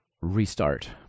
restart